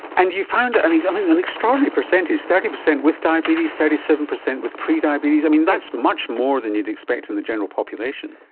and you found and an extraordinary percentage, thirty percent with diabetes, thirty seven percent with prediabetes, i mean, that's much more than you would expect in the general population.